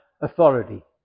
authority